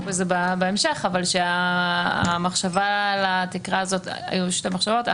בזה בהמשך שלגבי התקרה הזו היו שתי מחשבות.